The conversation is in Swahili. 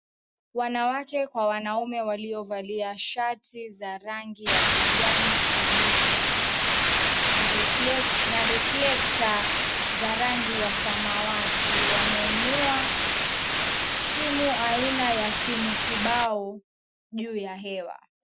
Wanawake kwa wanaume waliovalia shati za rangi ya kijani kibichi na reflector za rangi ya samawati wameinua simu aina ya simu kibao juu ya hewa.